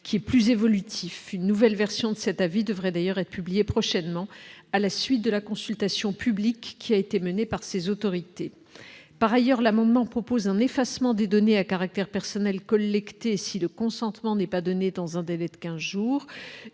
qui plus évolutif, une nouvelle version de cet avis devrait d'ailleurs être publiée prochainement à la suite de la consultation publique a été menée par ses autorités, par ailleurs, l'amendement proposant l'effacement des données à caractère personnel si le consentement n'est pas donné dans un délai de 15 jours,